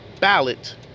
ballot